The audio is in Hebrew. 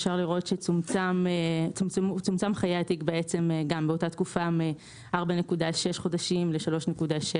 אפשר לראות שצומצמו חיי התיק באותה תקופה מ-4.6 חודשים ל-3.7.